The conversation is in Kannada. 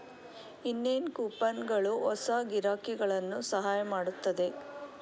ಇನ್ನೇನ್ ಕೂಪನ್ಗಳು ಹೊಸ ಗಿರಾಕಿಗಳನ್ನು ಸಹಾಯ ಮಾಡುತ್ತದೆ